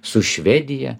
su švedija